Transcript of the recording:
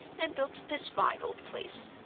and built this fine old place.